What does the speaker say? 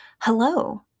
Hello